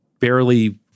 barely